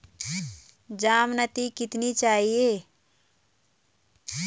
ज़मानती कितने चाहिये?